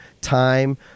time